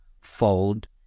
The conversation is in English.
fold